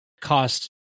cost